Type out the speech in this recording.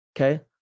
Okay